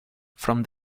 from